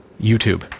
YouTube